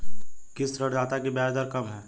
किस ऋणदाता की ब्याज दर कम है?